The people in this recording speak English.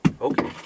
Okay